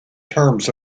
terms